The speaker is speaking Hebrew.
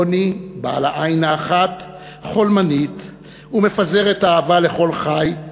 יוני, בעל העין האחת החולמנית ומפזרת אהבה לכל חי,